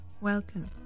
welcome